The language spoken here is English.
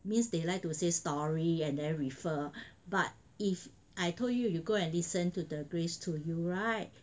means they like to say story and then refer but if I told you you go and listen to the grace to you [right]